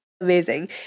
Amazing